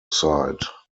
site